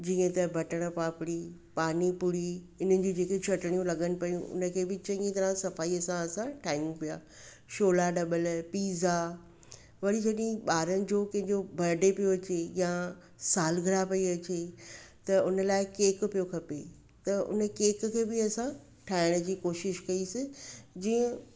जीअं त बटड़ पापड़ी पानी पुरी इन्हनि जी जेकियूं चटणियूं लॻनि पियूं उन खे बि चङी तरह सफ़ाईअ सां असां ठाहियूं पिया छोला डबल पिज़्ज़ा वरी जॾहिं ॿारनि जो कंहिंजो बडे पियो अचे या सालगिरह पई अचे त उन लाइ केक पियो खपे त उन केक खे बि असां ठाहिण जी कोशिशि कईसि जीअं